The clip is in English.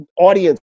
audience